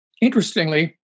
Interestingly